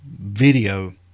video